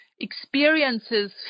experiences